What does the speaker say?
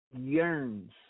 yearns